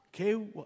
okay